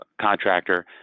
contractor